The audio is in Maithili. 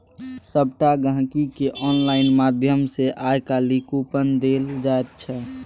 सभटा गहिंकीकेँ आनलाइन माध्यम सँ आय काल्हि कूपन देल जाइत छै